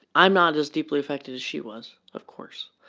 i'm not as deeply affected as she was, of course.